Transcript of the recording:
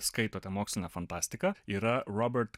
skaitote mokslinę fantastiką yra robert